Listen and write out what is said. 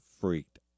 freaked